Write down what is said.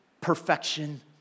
perfection